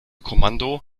kommando